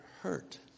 hurt